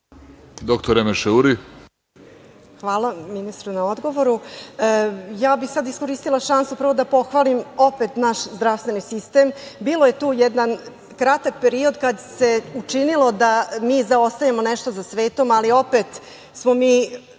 **Emeše Uri** Hvala, ministre, na odgovoru. Sad bih iskoristila šansu prvo da pohvalim opet naš zdravstveni sistem. Bio je tu jedan kratak period kad se učinilo da mi zaostajemo nešto za svetom, ali opet smo mi